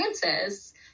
Francis